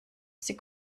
sie